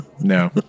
No